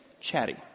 chatty